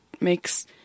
makes –